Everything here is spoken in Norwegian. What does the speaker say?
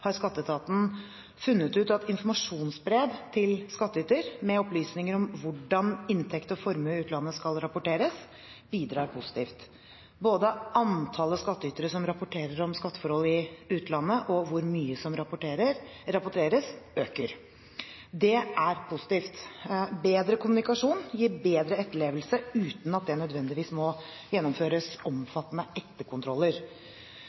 har Skatteetaten funnet ut at informasjonsbrev til skattyter med opplysninger om hvordan inntekt og formue i utlandet skal rapporteres, bidrar positivt. Både antallet skattytere som rapporterer om skatteforhold i utlandet og hvor mye som rapporteres, øker. Det er positivt. Bedre kommunikasjon gir bedre etterlevelse uten at det nødvendigvis må gjennomføres omfattende etterkontroller.